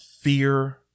fear